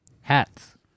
Hats